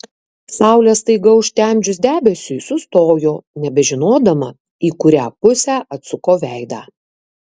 saulę staiga užtemdžius debesiui sustojo nebežinodama į kurią pusę atsuko veidą